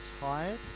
tired